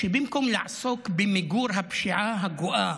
שבמקום לעסוק במיגור הפשיעה הגואה